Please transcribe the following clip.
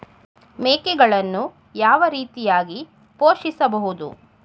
ಮೇಕೆಗಳನ್ನು ಯಾವ ರೀತಿಯಾಗಿ ಪೋಷಿಸಬಹುದು?